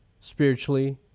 spiritually